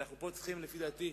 בחינם.